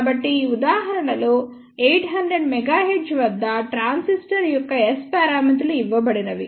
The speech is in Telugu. కాబట్టి ఈ ఉదాహరణ లో 800 MHz వద్ద ట్రాన్సిస్టర్ యొక్క S పారామితులు ఇవ్వబడినవి